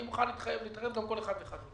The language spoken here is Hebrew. אני מוכן להתערב גם פה עם כל אחד ואחד מכם.